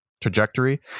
trajectory